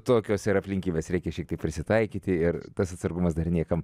tokios ir aplinkybės reikia šiek tiek prisitaikyti ir tas atsargumas dar niekam